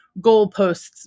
goalposts